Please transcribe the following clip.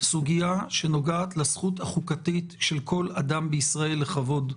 סוגיה שנוגעת לזכות החוקתית של כל אדם בישראל לכבוד.